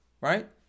right